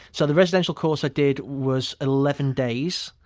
so the residential course i did was eleven days,